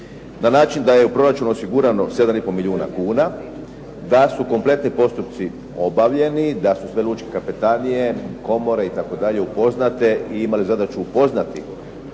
na način da je u proračunu osigurano 7,5 milijuna kuna, da su kompletni postupci obavljeni, da su sve lučke kapetanije, komore itd. upoznate i imale zadaću upoznati